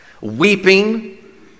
weeping